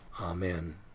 Amen